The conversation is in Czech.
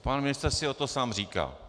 Pan ministr si o to sám říká.